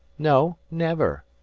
no never,